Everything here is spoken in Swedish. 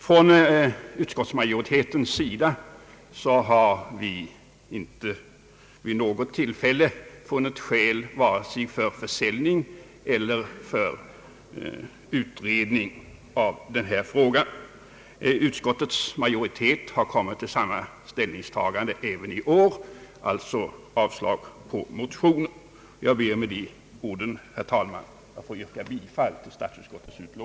Från utskottsmajoritetens sida har vi inte vid något tillfälle funnit skäl att yrka bifall vare sig till förslag om försäljning av aktier eller till förslag om utredning av frågan. Utskottsmajoriteten har kommit till samma ställningstagande även i år och alltså hemställt om avslag på motionen. Jag ber med dessa ord, herr talman, att få yrka bifall till statsutskottets förslag.